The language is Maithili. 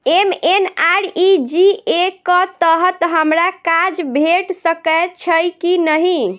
एम.एन.आर.ई.जी.ए कऽ तहत हमरा काज भेट सकय छई की नहि?